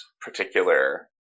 particular